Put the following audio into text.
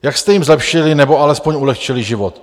Jak jste jim zlepšili, nebo alespoň ulehčili život?